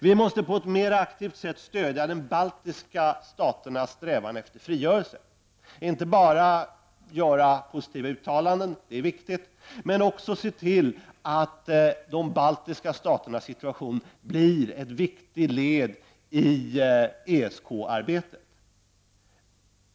Vi måste på ett mera aktivt sätt stödja de baltiska staternas strävanden efter frigörelse. Vi skall inte bara göra det genom positiva uttalanden. De är visserligen viktiga, men vi måste också se till att de baltiska staternas situation blir ett viktigt led i ESK arbetet.